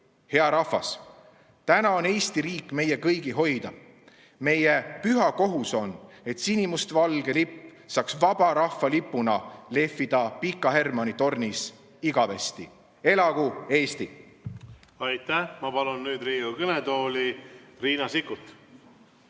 Hea rahvas! Täna on Eesti riik meie kõigi hoida. Meie püha kohus on, et sinimustvalge lipp saaks vaba rahva lipuna lehvida Pika Hermanni tornis igavesti. Elagu Eesti! Aitäh! Ma palun nüüd Riigikogu kõnetooli Riina Sikkuti.